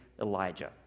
Elijah